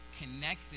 connected